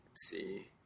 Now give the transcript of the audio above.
see